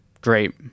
great